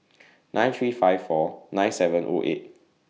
nine three five four nine seven O eight